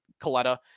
Coletta